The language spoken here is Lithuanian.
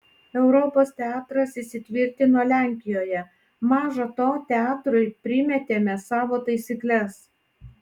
europos teatras įsitvirtino lenkijoje maža to teatrui primetėme savo taisykles